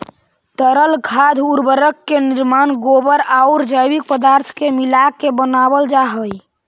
तरल खाद उर्वरक के निर्माण गोबर औउर जैविक पदार्थ के मिलाके बनावल जा हई